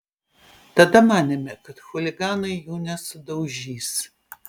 tada manėme kad chuliganai jų nesudaužys